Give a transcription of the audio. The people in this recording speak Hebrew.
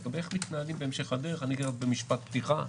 לגבי איך מתנהלים בהמשך הדרך אגיד רק במשפט פתיחה.